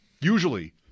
usually